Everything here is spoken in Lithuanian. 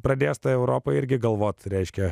pradės tą europą irgi galvoti reiškia